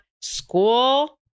school